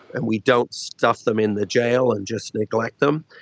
and we don't stuff them in the jail and just neglect them,